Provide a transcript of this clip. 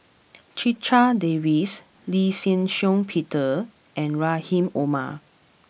Checha Davies Lee Shih Shiong Peter and Rahim Omar